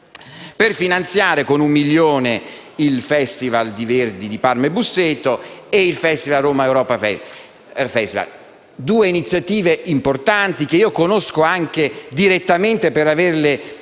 per finanziare con un milione di euro il Festival Verdi di Parma e Busseto e il Romaeuropa Festival: due iniziative importanti, che conosco anche direttamente per averle frequentate